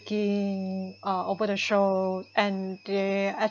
in uh open a show and they